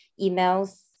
emails